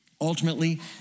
Ultimately